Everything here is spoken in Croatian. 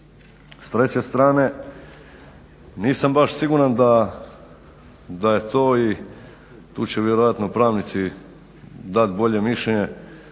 S treće strane nisam baš siguran da je to i tu će vjerojatno pravnici dat bolje mišljenje,